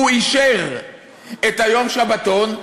הוא אישר את יום השבתון,